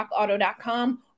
rockauto.com